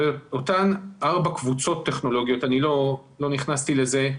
באותן ארבע קבוצות טכנולוגיות, אני לא נכנסתי לזה,